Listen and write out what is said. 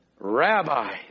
Rabbi